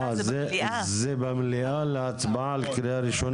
אה זה במליאה להצבעה לקריאה ראשונה?